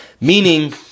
Meaning